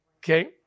okay